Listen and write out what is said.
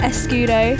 Escudo